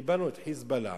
קיבלנו את "חיזבאללה",